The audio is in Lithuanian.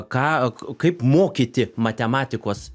ką kaip mokyti matematikos